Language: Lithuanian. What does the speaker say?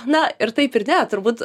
na ir taip ir ne turbūt